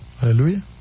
Hallelujah